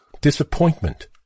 Disappointment